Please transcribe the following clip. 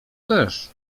też